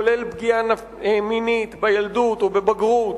כולל פגיעה מינית בילדות או בבגרות,